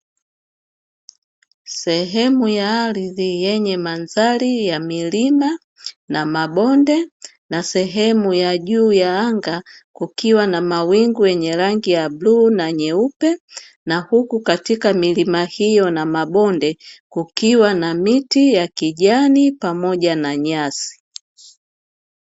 Sehemu ya ardhi yenye mandhari ya milima, na mabonde, na sehemu ya juu ya anga kukiwa na mawingu yenye rangi ya bluu na nyeupe, na huku katika milima hiyo na mabonde, kukiwa na miti ya kijani pamoja na nyasi.